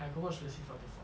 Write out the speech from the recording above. I got watch lucifer before